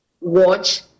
watch